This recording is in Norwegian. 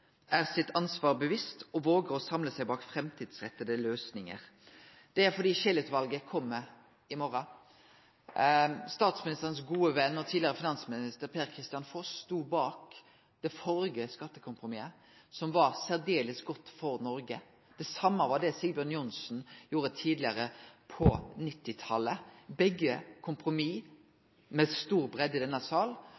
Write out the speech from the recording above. seg sitt ansvar bevisst og våger å samle seg bak fremtidsrettede løsninger.» Det er fordi Scheel-utvalet kjem med si innstilling i morgon. Statsministerens gode venn og tidlegare finansminister, Per-Kristian Foss, stod bak det førre skattekompromisset, som var særdeles godt for Noreg. Det same gjorde Sigbjørn Johnsen tidlegare på 1990-talet. Begge